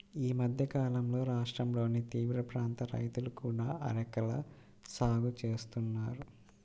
ఈ మధ్యకాలంలో రాష్ట్రంలోని తీరప్రాంత రైతులు కూడా అరెకల సాగు చేస్తున్నారు